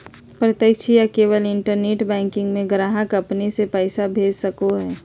प्रत्यक्ष या केवल इंटरनेट बैंकिंग में ग्राहक अपने से पैसा भेज सको हइ